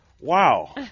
Wow